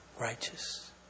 righteous